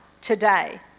today